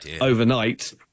overnight